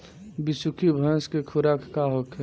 बिसुखी भैंस के खुराक का होखे?